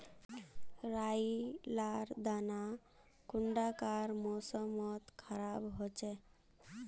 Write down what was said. राई लार दाना कुंडा कार मौसम मोत खराब होचए?